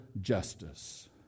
justice